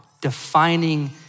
defining